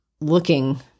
looking